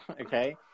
okay